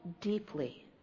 deeply